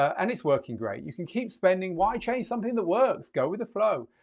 and it's working great, you can keep spending, why change something that works? go with the flow.